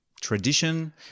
tradition